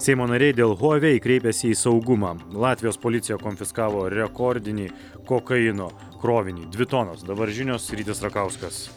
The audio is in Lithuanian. seimo nariai dėl huavei kreipėsi į saugumą latvijos policija konfiskavo rekordinį kokaino krovinį dvi tonos dabar žinios r rakauskas